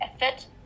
effort